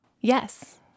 Yes